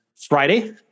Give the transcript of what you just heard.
Friday